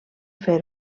fer